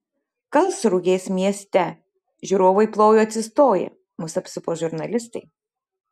karlsrūhės mieste žiūrovai plojo atsistoję mus apsupo žurnalistai